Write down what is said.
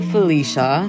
Felicia